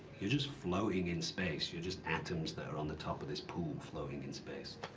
you're just floating in space. you're just atoms that are on the top of this pool floating in space.